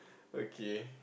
okay